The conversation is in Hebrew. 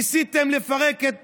ניסיתם לפרק את